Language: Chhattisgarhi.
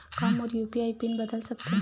का मोर यू.पी.आई पिन बदल सकथे?